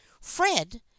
Fred